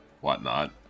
whatnot